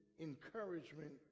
encouragement